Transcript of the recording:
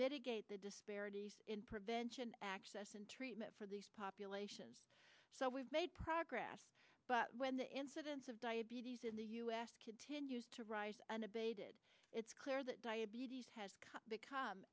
mitigate the disparities in prevention access and treatment for these populations so we've made progress but when the incidence of diabetes in the u s kid ten used to rise unabated it's clear that diabetes has become